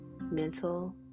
mental